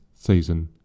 season